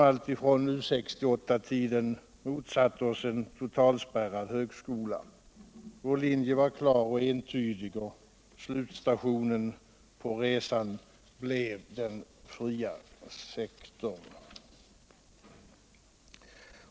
Allufrån U 68-tiden motsatte vi oss en totalspärrad högskola. Vår linje var klar och entydig och slutstationen på resan blev den fria sektorn.